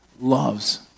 loves